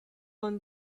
won